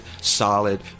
solid